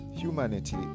humanity